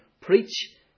Preach